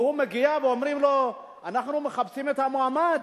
והוא מגיע ואומרים לו: אנחנו מחפשים את המועמד.